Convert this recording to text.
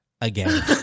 again